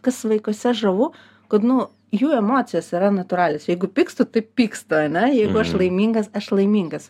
kas vaikuose žavu kad nu jų emocijos yra natūralios jeigu pykstu tai pykstu ane ji laimingas aš laimingas